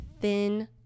thin